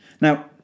Now